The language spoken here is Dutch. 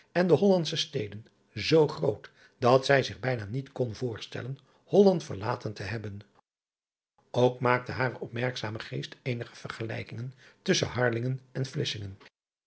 en de ollandsche steden zoo groot dat zij zich bijna niet kon voorstellen olland verlaten te hebben ok maakte hare opmerkzame geest eenige vergelijkingen tusschen arlingen en